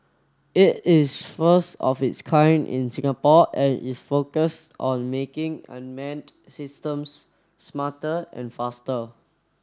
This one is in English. it is the first of its kind in Singapore and is focused on making unmanned systems smarter and faster